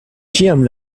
ĉiam